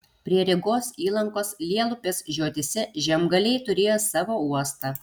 prie rygos įlankos lielupės žiotyse žemgaliai turėjo savo uostą